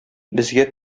безгә